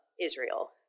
Israel